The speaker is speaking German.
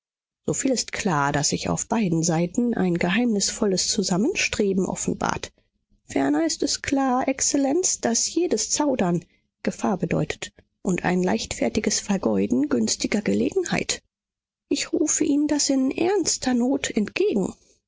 so viel ist klar daß sich auf beiden seiten ein geheimnisvolles zusammenstreben offenbart ferner ist es klar exzellenz daß jedes zaudern gefahr bedeutet und ein leichtfertiges vergeuden günstiger gelegenheit ich rufe ihnen das in ernster not entgegen